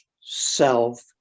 self